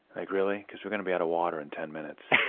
like really? cause we're gonna be out of water in ten minutes